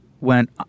went